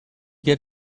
get